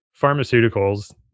pharmaceuticals